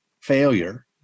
failure